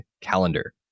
calendar